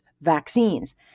vaccines